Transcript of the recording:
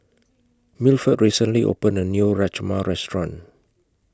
Milford recently opened A New Rajma Restaurant